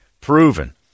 Proven